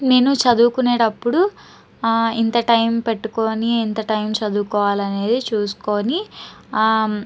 నేను చదువుకునేటప్పుడు ఇంత టైం పెట్టుకొని ఎంత టైం చదువుకోవాలనేది చూస్కొని